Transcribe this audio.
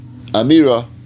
Amira